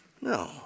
No